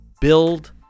build